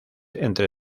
entre